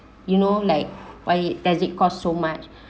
you know like why does it cost so much